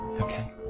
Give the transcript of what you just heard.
Okay